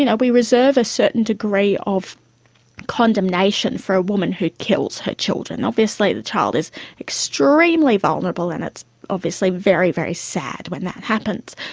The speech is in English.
you know we reserve a certain degree of condemnation for a woman who kills her children. obviously the child is extremely vulnerable and it's obviously very, very sad when that happens.